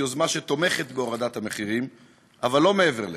יוזמה שתומכת בהורדת המחירים אבל לא מעבר לכך.